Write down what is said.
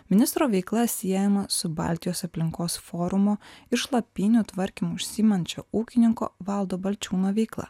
ministro veikla siejama su baltijos aplinkos forumo ir šlapynių tvarkymu užsiimančio ūkininko valdo balčiūno veikla